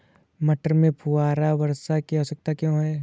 मटर में फुहारा वर्षा की आवश्यकता क्यो है?